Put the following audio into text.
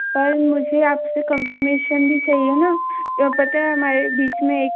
पर मुझे आपसे कन्फ़र्मेशन भी चाहिए न तो पता है हमारे बीच में एक